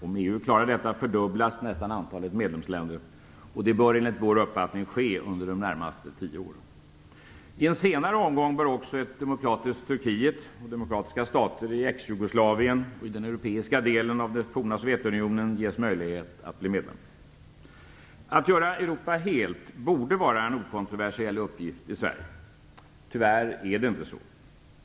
Om EU klarar detta fördubblas nästan antalet medlemsländer, och det bör enligt vår uppfattning ske under de närmaste tio åren. I en senare omgång bör också ett demokratiskt Turkiet och demokratiska stater i Exjugoslavien och i den europeiska delen av det forna Sovjetunionen ges möjlighet att bli medlemmar. Att göra Europa helt borde vara en okontroversiell uppgift i Sverige. Tyvärr är det inte så.